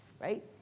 right